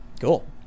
Cool